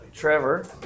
Trevor